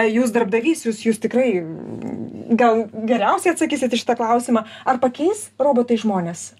jūs darbdavys jūs jūs tikrai gal geriausiai atsakysit į šitą klausimą ar pakeis robotai žmones